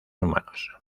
humanos